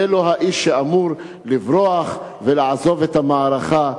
זה לא האיש שאמור לברוח ולעזוב את המערכה.